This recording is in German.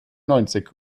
neunzig